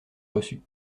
reçue